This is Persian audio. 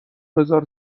بزار